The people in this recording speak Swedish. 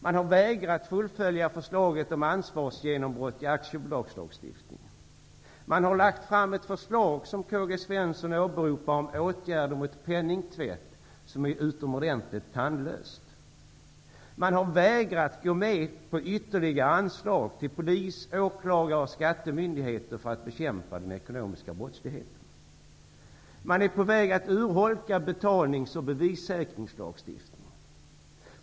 Man har vägrat fullföja förslaget om ansvarsgenombrott i aktiebolagslagstiftningen. Man har lagt fram ett förslag som K-G Svenson åberopar om åtgärder mot penningtvätt som är utomordentligt tandlöst. Man har vägrat gå med på ytterligare anslag till polis, åklagare och skattemyndigheter för att bekämpa den ekonomiska brottsligheten. Man är på väg att urholka betalnings och bevissäkringslagstiftningen.